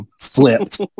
flipped